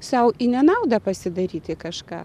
sau į nenaudą pasidaryti kažką